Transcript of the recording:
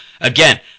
again